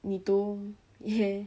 你读也